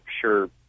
sure